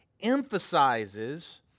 emphasizes